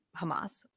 Hamas